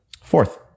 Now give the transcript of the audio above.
Fourth